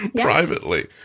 privately